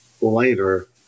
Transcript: later